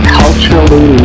culturally